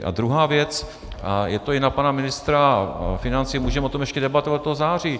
A druhá věc, je to i na pana ministra financí můžeme o tom ještě debatovat v září.